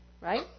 right